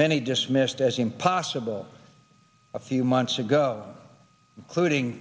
many dismissed as impossible a few months ago clude ng